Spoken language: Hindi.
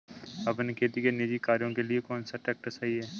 अपने खेती के निजी कार्यों के लिए कौन सा ट्रैक्टर सही है?